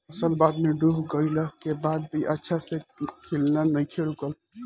फसल बाढ़ में डूब गइला के बाद भी अच्छा से खिलना नइखे रुकल